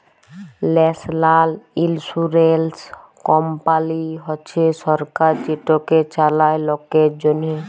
national ইলসুরেলস কমপালি হছে সরকার যেটকে চালায় লকের জ্যনহে